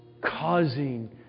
Causing